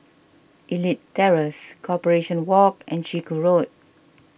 Elite Terrace Corporation Walk and Chiku Road